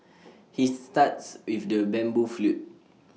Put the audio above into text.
he starts with the bamboo flute